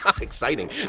Exciting